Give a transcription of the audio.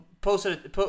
posted